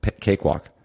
cakewalk